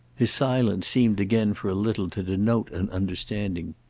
his silence seemed again for a little to denote an understanding.